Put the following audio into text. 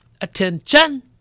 Attention